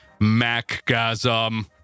MacGasm